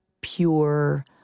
pure